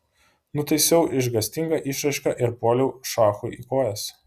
nutaisiau išgąstingą išraišką ir puoliau šachui į kojas